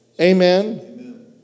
Amen